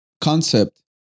concept